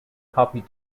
copy